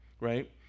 right